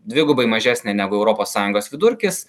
dvigubai mažesnė negu europos sąjungos vidurkis